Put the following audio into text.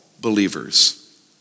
believers